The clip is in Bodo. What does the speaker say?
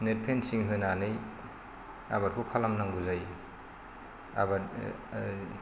नेट फेनसिं होनानै आबादखौ खालामनांगौ जायो आबाद